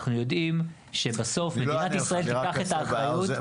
אנחנו יודעים שבסוף מדינת ישראל תיקח את האחריות --- אני לא אענה לך.